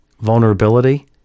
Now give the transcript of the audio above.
vulnerability